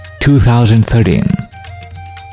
2013